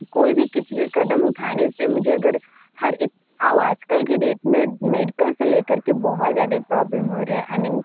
कोई भी कुछ भी क़दम उठाने से मुझे अगर हर एक अब आज कल की डेट में मेडिकल से ले कर के बहुत ज़्यादा प्रॉब्लम हो रहे आइ मीन